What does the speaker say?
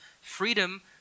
Freedom